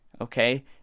okay